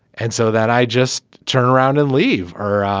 and so that i just turn around and leave. or